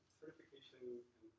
certification